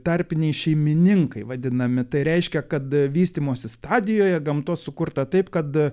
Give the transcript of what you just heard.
tarpiniai šeimininkai vadinami tai reiškia kad vystymosi stadijoje gamtos sukurta taip kad